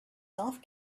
golf